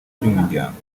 by’umuryango